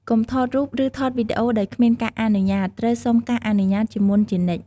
កុំថតរូប ឬថតវីដេអូដោយគ្មានការអនុញ្ញាតត្រូវសុំការអនុញ្ញាតជាមុនជានិច្ច។